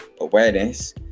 awareness